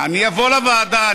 אני אבוא לוועדה.